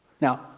Now